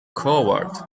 coward